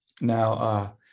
Now